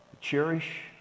cherish